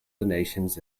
donations